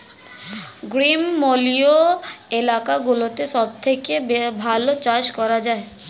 গ্রীষ্মমণ্ডলীয় এলাকাগুলোতে সবথেকে ভালো চাষ করা যায়